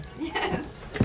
Yes